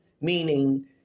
meaning